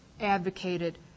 advocated